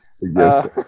yes